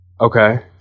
Okay